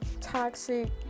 toxic